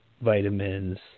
vitamins